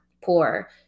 poor